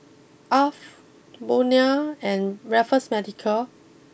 Alf Bonia and Raffles Medical